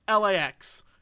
LAX